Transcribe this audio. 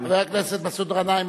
חבר הכנסת מסעוד גנאים,